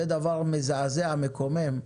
זה דבר מזעזע ומקומם.